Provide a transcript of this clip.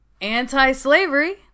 anti-slavery